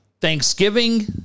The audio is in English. Thanksgiving